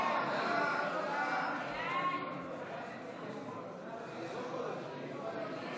ההצעה להעביר את הצעת חוק התפזרות הכנסת